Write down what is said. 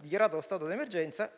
dichiarato lo stato d'emergenza.